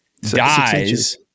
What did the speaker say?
dies